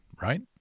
right